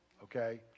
okay